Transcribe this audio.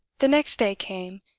the next day came,